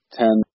ten